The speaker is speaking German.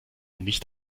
nicht